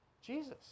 Jesus